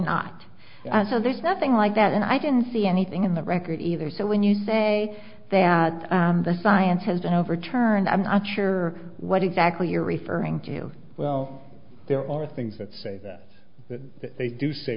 so there's nothing like that and i didn't see anything in the record either so when you say that the science has been overturned i'm not sure what exactly you're referring to well there are things that say that they do say